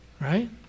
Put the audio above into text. Right